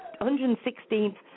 116th